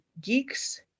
Geeks